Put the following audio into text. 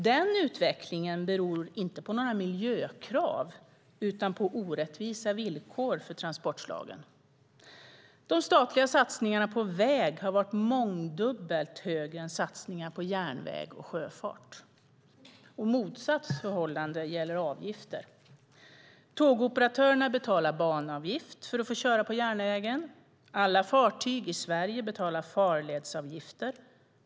Den utvecklingen beror inte på några miljökrav utan på orättvisa villkor för transportslagen. De statliga satsningarna på väg har varit mångdubbelt högre än satsningar på järnväg och sjöfart. Motsatt förhållande gäller avgifter. Tågoperatörerna betalar banavgift för att få köra på järnvägen. Alla fartyg i Sverige betalar farledsavgifter.